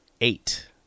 eight